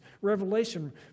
Revelation